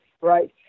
right